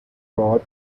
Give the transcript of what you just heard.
road